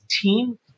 team